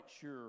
sure